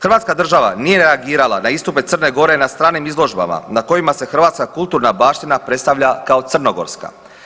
Hrvatska država nije reagirala na istupe Crne Gore na stranim izložbama na kojima se hrvatska kulturna baština predstavlja kao crnogorska.